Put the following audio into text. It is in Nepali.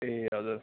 ए हजुर